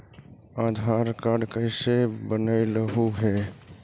आधार card कईसे बनैलहु हे?